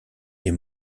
est